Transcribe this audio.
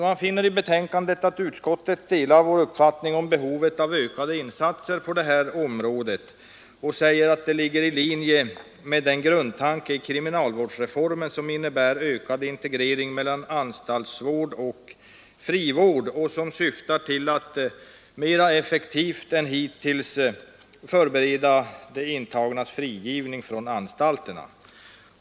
Man finner av betänkandet att utskottet delar vår uppfattning om behovet av ökade insatser på detta område och att det ligger i linje med den grundtanke i kriminalvårdsreformen som innebär ökad integrering mellan anstaltsvård och frivård och som syftar till att mera effektivt än hittills förbereda de intagnas frigivning.